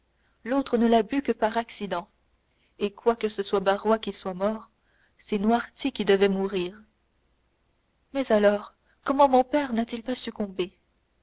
l'autre ne l'a bue que par accident et quoique ce soit barrois qui soit mort c'est noirtier qui devait mourir mais alors comment mon père n'a-t-il pas succombé